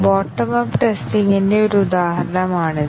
bottom up testing ന്റ്റെ ഒരു ഉദാഹരണമാണിത്